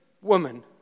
woman